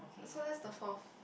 so that's the fourth